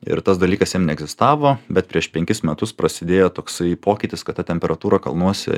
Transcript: ir tas dalykas jam neegzistavo bet prieš penkis metus prasidėjo toksai pokytis kad ta temperatūra kalnuose